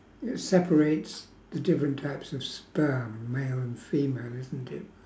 separates the different types of sperm male and female isn't it